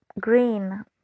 green